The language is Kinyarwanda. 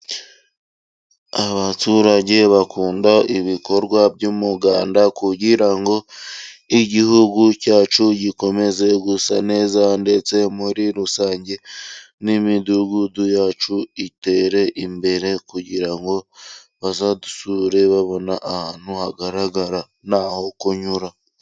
Abaturage bakunda ibikorwa by'umuganda kugira ngo igihugu cyacu gikomeze gusa neza. Ndetse muri rusange n'imidugudu yacu itere imbere kugira ngo bazadusure babona ahantu hagaragara n'aho kunyura.